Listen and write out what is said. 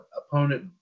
opponent